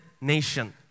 nation